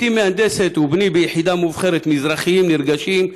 בתי מהנדסת ובני ביחידה מובחרת, מזרחים נרגשים.